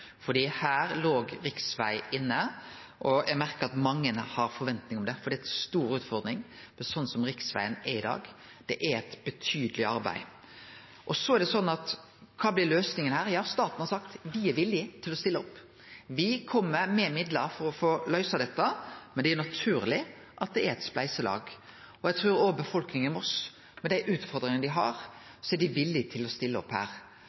låg inne. Eg har merka at mange har forventningar om det, for det er ei stor utfordring slik riksvegen er i dag. Det er eit betydeleg arbeid. Kva blir løysinga her? Staten har sagt at me er villige til å stille opp. Me kjem med midlar for å få løyst dette, men det er naturleg at det er eit spleiselag. Eg trur òg befolkninga i Moss, med dei utfordringane dei har, er villige til å stille opp.